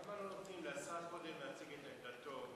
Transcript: למה לא נותנים לשר קודם להציג את עמדתו?